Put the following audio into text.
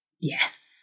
Yes